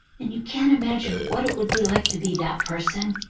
and you can't imagine what it would be like to be that person,